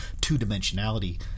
two-dimensionality